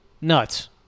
nuts